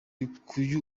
y’itangazamakuru